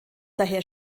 daher